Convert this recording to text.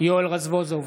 יואל רזבוזוב,